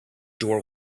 door